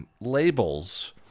Labels